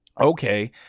Okay